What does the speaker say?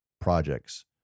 projects